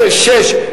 070106,